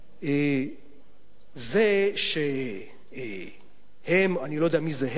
תשמע, זה שהם, אני לא יודע מי זה "הם",